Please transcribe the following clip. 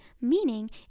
Meaning